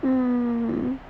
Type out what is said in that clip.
mmhmm